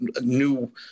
new